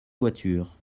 voiture